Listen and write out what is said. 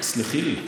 זה נתון עובדתי.